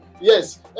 yes